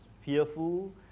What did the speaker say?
fearful